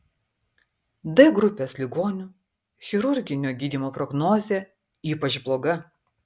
d grupės ligonių chirurginio gydymo prognozė ypač bloga